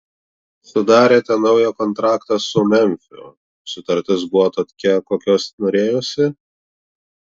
sudarėte naują kontraktą su memfiu sutartis buvo tokia kokios norėjosi